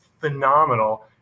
phenomenal